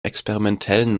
experimentellen